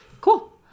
cool